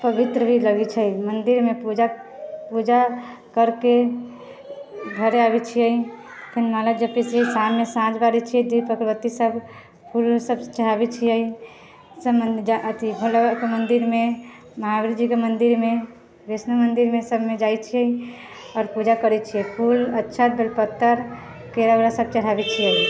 पवित्र भी लगैत छै मन्दिरमे पूजा पूजा करके घरे आबैत छिऐ फिन माला जपैत छिऐ साँझमे साँझ बारैत छिऐ दीप अगरबत्ती सब फूल ओल सब चढ़ाबैत छिऐ सब मन्दिर अथी भोला बाबाके मन्दिरमे महावीर जीके मन्दिरमे कृष्ण मन्दिरमे सबमे जाइत छिऐ आओर पूजा करैत छिऐ फूल अक्षत बेल पत्तर केरा ओरा सब चढ़ाबैत छिऐ